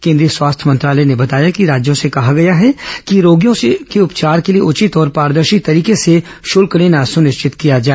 केंद्रीय स्वास्थ्य मंत्रालय ने बताया कि राज्यों से कहा गया है कि रोगियों से उपचार के लिए उचित और पारदर्शी तरीके से शल्क लेना सुनिश्चित किया जाए